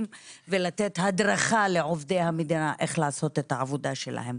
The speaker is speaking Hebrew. ולתת הדרכה לעובדי המדינה איך לעשות את העבודה שלהם.